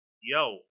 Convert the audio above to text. yo